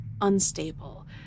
unstable